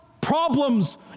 problems